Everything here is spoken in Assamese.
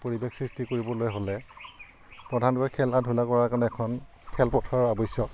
পৰিৱেশ সৃষ্টি কৰিবলৈ হ'লে প্ৰধানকৈ খেলা ধূলা কৰাৰ কাৰণে এখন খেলপথাৰৰ আৱশ্যক